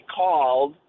called